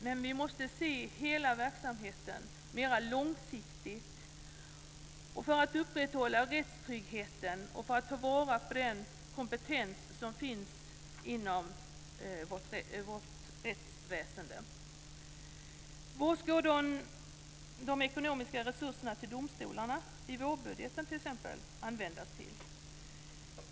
Men vi måste se hela verksamheten mer långsiktigt för att upprätthålla rättstryggheten och ta vara på den kompetens som finns inom vårt rättsväsende. Vad ska de ekonomiska resurserna till domstolarna i t.ex. vårbudgeten användas till?